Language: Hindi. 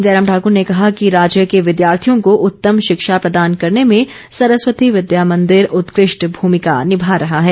जयराम ठाकुर ने कहा कि राज्य के विद्यार्थियों को उत्तम शिक्षा प्रदान करने में सरस्वती विद्या मंदिर उत्कृष्ट भूमिका निभा रहा है